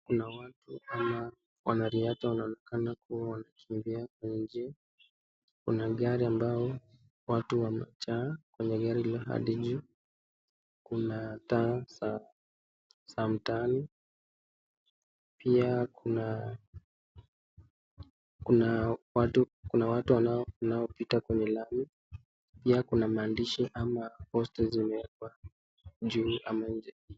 Kuna watu ama wanariadha wanaonekana kuwa wanakimbia nje, kuna gari ambao watu wamejaa kwenye gari hilo hadi juu, kuna taa za, za mtaani, pia kuna, kuna watu, kuna watu wanaopita kwenye lami pia kuna maandishi ama posta zimewekwa juu ama nje .